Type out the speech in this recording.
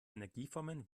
energieformen